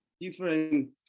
different